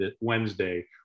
Wednesday